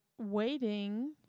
waiting